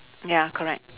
ya correct